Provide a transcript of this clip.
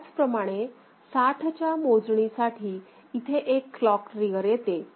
त्याच प्रमाणे साठच्या मोजणीसाठी इथे एक क्लॉक ट्रिगर येते